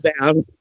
down